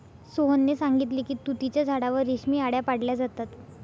सोहनने सांगितले की तुतीच्या झाडावर रेशमी आळया पाळल्या जातात